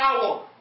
power